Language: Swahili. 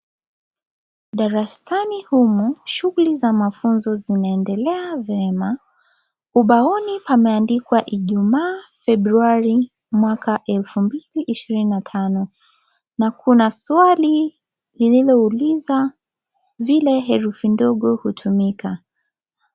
Darasani huku shughuli za mafunzo zinaendelea vema, ubaoni pameandikwa ijumaa ,februari mwaka 2025, na kuna swali lililouliza vile herufi ndogo hutumika.